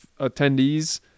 attendees